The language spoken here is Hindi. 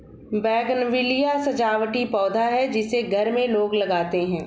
बोगनविला सजावटी पौधा है जिसे घर में लोग लगाते हैं